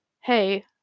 hey